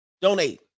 donate